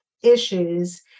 issues